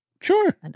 sure